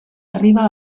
arriba